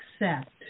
accept